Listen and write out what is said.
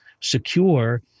secure